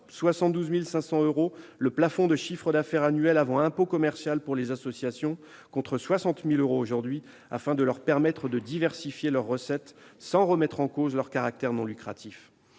72 500 euros le plafond de chiffre d'affaires annuel avant impôt commercial pour les associations, contre 60 000 euros aujourd'hui, afin de leur permettre de diversifier leurs recettes, sans remettre en cause leur caractère non lucratif.